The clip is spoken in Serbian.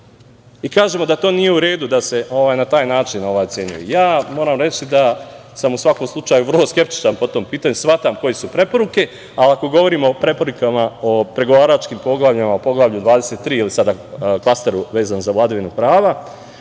i kažemo da nije u redu da se na taj način ocenjuje. Moram reći da sam u svakom slučaju vrlo skeptičan po ovom pitanju. Shvatam koje su preporuke, ali ako govorimo o preporukama, pregovaračkim poglavljima, Poglavlju 23 ili klasteru vezanim za vladavinu prava,